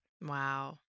Wow